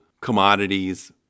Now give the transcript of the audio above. commodities